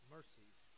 Mercies